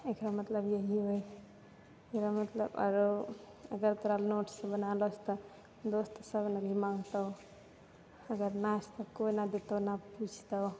एकर मतलब इएह होइ है एकर मतलब आरो अगर तोरा नोट्स बन्हेल रहै छौ तऽ दोस्त सब बड़ी मानतो कोई ने देतो ने पुछतो